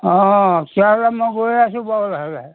অঁ মই গৈ আছোঁ বাৰু লাহে লাহে